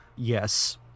Yes